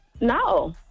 No